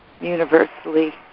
universally